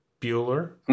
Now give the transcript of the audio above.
Bueller